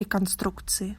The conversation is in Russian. реконструкции